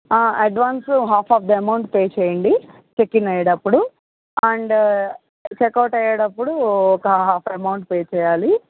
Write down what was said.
advance half of the amount pay చేయండి check in అయ్యేటప్పుడు and check out అయ్యేటప్పుడు ఒక హాఫ్ అమౌంట్ పే చేయాలి